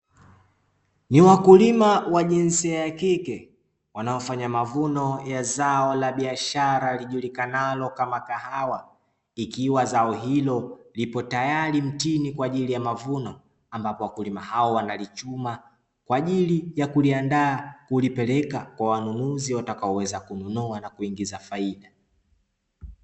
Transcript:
Ni wakulima wa jinsia ya kike wanaofanya mavuno ya zao la biashara lijulikanalo kama kahawa ikiwa zao hilo liko tayari mtini kwaajili ya mavuno, ambapo wakulima hao wanalichuma kwaajili ya kuliandaa, kulipeleka kwa wanunuzi watakaoweza kununua na kutengeneza faida.